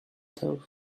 thought